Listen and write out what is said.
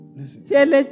listen